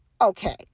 okay